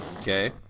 Okay